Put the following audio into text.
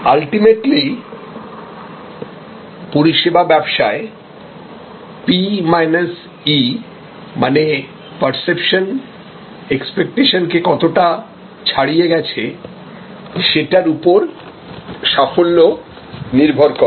ultimately পরিষেবা ব্যবসায় P minus E মানে পার্সেপশন এক্সপেক্টেশন কে কতটা ছাড়িয়ে গেছে সেটার উপর সাফল্য নির্ভর করে